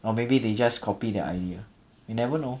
or maybe they just copy their idea you never know